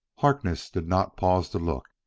harkness did not pause to look.